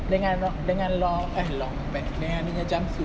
dengan dengan eh long pants dengan dia nya jumpsuit